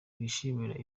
bishimira